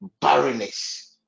barrenness